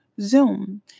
Zoom